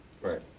Right